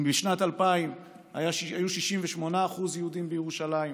אם בשנת 2000 היו 68% יהודים בירושלים,